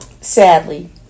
sadly